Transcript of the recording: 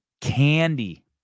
Candy